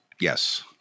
Yes